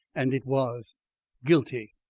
and it was guilty!